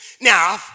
Now